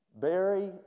Barry